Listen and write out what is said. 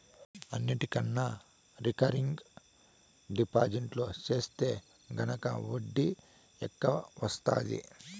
అన్నిటికన్నా recurring deposit సెత్తే గనక ఒడ్డీ ఎక్కవొస్తాది